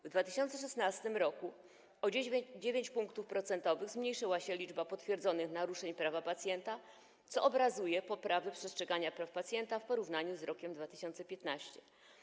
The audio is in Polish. W 2016 r. o 9 punktów procentowych zmniejszyła się liczba potwierdzonych naruszeń prawa pacjenta, co obrazuje poprawę przestrzegania praw pacjenta w porównaniu z rokiem 2015.